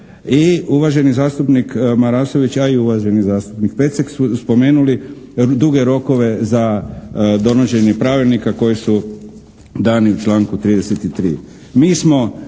I uvaženi zastupnik Marasović a i uvaženi zastupnik Pecek su spomenuli duge rokove za donošenje pravilnika koji su dani u članku 33.